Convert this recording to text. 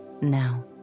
Now